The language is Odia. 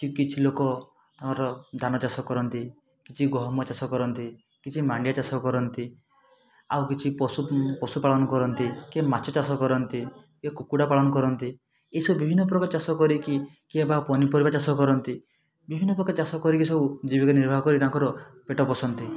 କିଛି କିଛି ଲୋକ ଆମର ଧାନ ଚାଷ କରନ୍ତି କିଛି ଗହମ ଚାଷ କରନ୍ତି କିଛି ମାଣ୍ଡିଆ ଚାଷ କରନ୍ତି ଆଉ କିଛି ପଶୁ ପଶୁ ପାଳନ କରନ୍ତି କିଏ ମାଛ ଚାଷ କରନ୍ତି କିଏ କୁକୁଡ଼ା ପାଳନ କରନ୍ତି ଏଇ ସବୁ ବିଭିନ୍ନ ପ୍ରକାର ଚାଷ କରିକି କିଏ ବା ପନିପରିବା ଚାଷ କରନ୍ତି ବିଭିନ୍ନ ପ୍ରକାର ଚାଷ କରିକି ସବୁ ଜୀବିକା ନିର୍ବାହ କରି ତାଙ୍କର ପେଟ ପୋଷନ୍ତି